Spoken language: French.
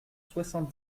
soixante